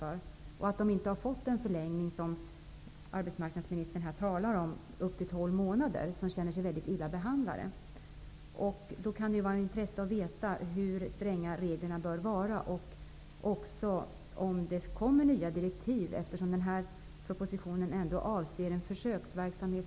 Ungdomarna har inte fått någon förlängning, som arbetsmarknadsministern här talar om, upp till 12 månader. De känner sig alltså väldigt illa behandlade. Det kan vara av intresse att få veta hur stränga reglerna bör vara. Skall det komma förslag till nya direktiv? Propositionen avser ju ändå bara en period med försöksverksamhet.